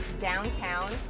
downtown